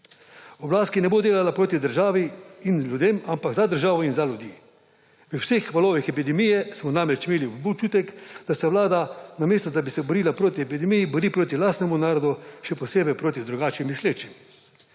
Oblast, ki ne bo delala proti državi in ljudem, ampak za državo in za ljudi. V vseh valovih epidemije smo namreč imeli občutek, da se vlada namesto da bi se borila proti epidemiji, bori proti lastnemu narodu, še posebej proti drugače mislečim.